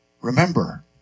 remember